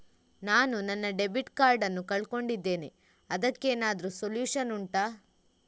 ನಾನು ನನ್ನ debit card ನ್ನು ಕಳ್ಕೊಂಡಿದ್ದೇನೆ ಅದಕ್ಕೇನಾದ್ರೂ ಸೊಲ್ಯೂಷನ್ ಉಂಟಾ